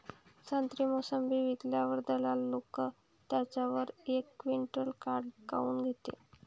संत्रे, मोसंबी विकल्यावर दलाल लोकं त्याच्यावर एक क्विंटल काट काऊन घेते?